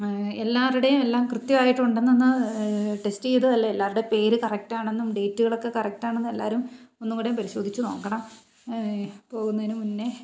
എല്ലാവരുടേയും എല്ലാം കൃത്യമായിട്ട് ഉണ്ടോയെന്നൊന്ന് ടെസ്റ്റ് ചെയ്തതല്ലേ എല്ലാവരുടെ പേര് കറക്റ്റാണെന്നും ഡേറ്റുകളൊക്കെ കറക്റ്റാണെന്ന് എല്ലാവരും ഒന്നുംകൂടി പരിശോധിച്ചു നോക്കണം പോകുന്നതിനു മുന്നേ